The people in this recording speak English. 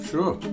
Sure